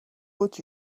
would